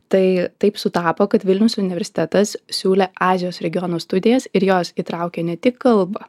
tai taip sutapo kad vilniaus universitetas siūlė azijos regiono studijas ir jos įtraukė ne tik kalbą